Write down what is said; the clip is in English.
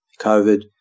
COVID